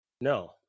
No